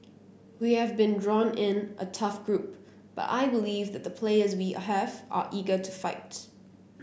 we have been drawn in a tough group but I believe that the players we have are eager to fight